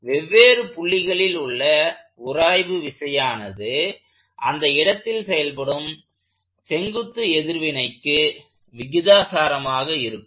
எனவே வெவ்வேறு புள்ளிகளில் உள்ள உராய்வு விசையானது அந்த இடத்தில் செயல்படும் செங்குத்து எதிர்வினைக்கு விகிதாசாரமாக இருக்கும்